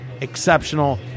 exceptional